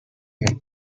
him